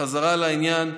חזרה לעניין: